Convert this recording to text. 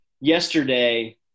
yesterday